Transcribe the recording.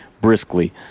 briskly